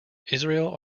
israel